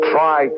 Try